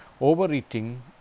Overeating